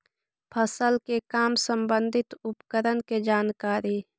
फसल के काम संबंधित उपकरण के जानकारी?